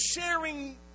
sharing